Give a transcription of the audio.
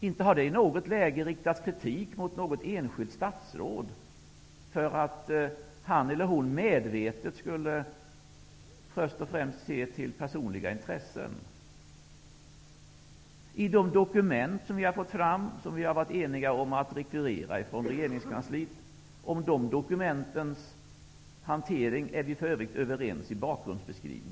Inte har det i något läge riktats kritik mot något enskilt statsråd för att han eller hon medvetet skulle först och främst se till personliga intressen. Vi är för övrigt i bakgrundsbeskrivningen överens om hanteringen av de dokument som vi har fått fram och som vi har varit eniga om att rekvirera från regeringskansliet.